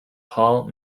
paul